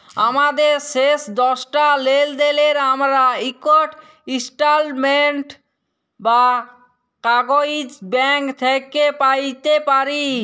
আমাদের শেষ দশটা লেলদেলের আমরা ইকট ইস্ট্যাটমেল্ট বা কাগইজ ব্যাংক থ্যাইকে প্যাইতে পারি